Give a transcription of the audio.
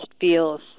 feels